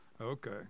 Okay